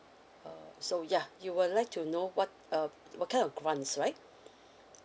uh so ya you would like to know what uh what kind of grants right